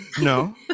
No